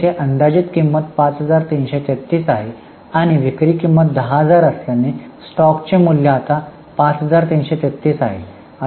परंतु येथे अंदाजित किंमत 5333 आहे आणि विक्री किंमत 10000 असल्याने स्टॉकचे मूल्य आता 5333 आहे